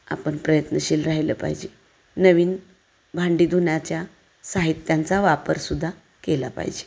आपण प्रयत्नशील राहिलं पाहिजे नवीन भांडी धुण्याच्या साहित्यांचा वापरसुद्धा केला पाहिजे